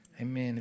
Amen